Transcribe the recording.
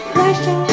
Pressure